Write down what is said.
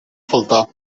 faltar